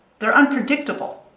they're unpredictable.